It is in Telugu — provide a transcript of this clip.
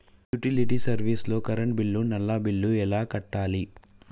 యుటిలిటీ సర్వీస్ లో కరెంట్ బిల్లు, నల్లా బిల్లు ఎలా కట్టాలి?